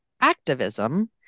activism